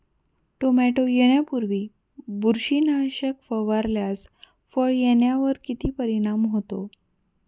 Tomato येण्यापूर्वी बुरशीनाशक फवारल्यास फळ येण्यावर किती परिणाम होतो?